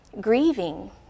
grieving